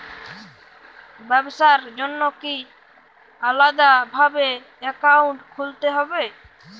ব্যাবসার জন্য কি আলাদা ভাবে অ্যাকাউন্ট খুলতে হবে?